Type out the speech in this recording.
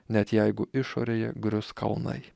net jeigu išorėje grius kalnai